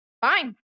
Fine